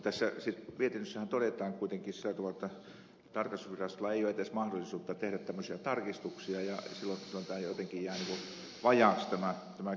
tässä mietinnössähän todetaan kuitenkin sillä tavalla jotta tarkastusvirastolla ei ole edes mahdollisuutta tehdä tämmöisiä tarkistuksia ja silloin jotenkin jää niin kuin vajaaksi tämä kysymys